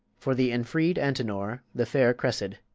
for the enfreed antenor, the fair cressid.